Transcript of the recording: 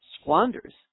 squanders